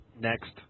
Next